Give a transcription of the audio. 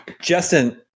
Justin